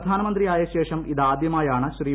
പ്രധാനമന്ത്രിയായ ശേഷം ഇതാദ്യമായാണ് ശ്രീ